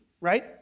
right